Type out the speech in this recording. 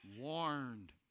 warned